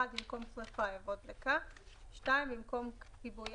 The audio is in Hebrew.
במקום "שריפה"